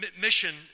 mission